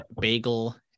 bagel